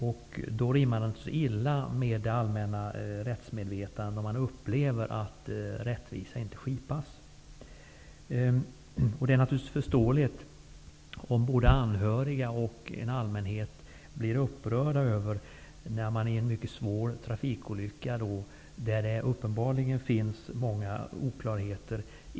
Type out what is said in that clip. Det rimmar illa med det allmänna rättsmedvetandet när man upplever att rättvisa inte skipas. Det är förståeligt om både anhöriga och allmänhet blir upprörda när man inte går till botten och ett ärende inte får en ordentlig prövning i domstol.